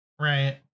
Right